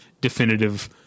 definitive